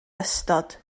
ystod